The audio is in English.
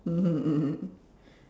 mmhmm mmhmm